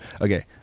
okay